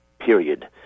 period